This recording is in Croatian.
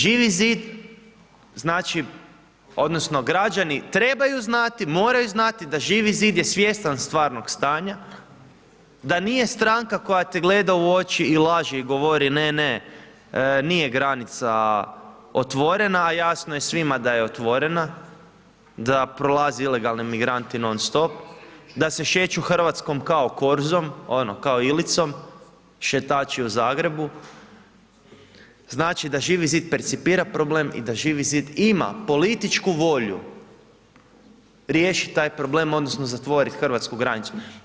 Živi zid, znači, odnosno, građani trebaju znati, moraju znati da Živi zid je svjestan stvarnog stanja, da nije stranka koja te gleda u oči i laže i govori ne, ne, nije granica otvorena, a jasno je svima je da je otvorena, da prolaze ilegalni migranti non stop, da se šeću Hrvatskom kao korzom, ono kao Ilicom, šetači u Zagrebu, znači da Živi zid percipira problem i da Živi zid ima političku volju riješiti taj problem odnosno, zatvoriti hrvatsku granicu.